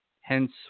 Hence